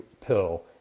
pill